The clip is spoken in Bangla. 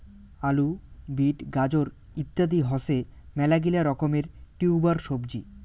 আলু, বিট, গাজর ইত্যাদি হসে মেলাগিলা রকমের টিউবার সবজি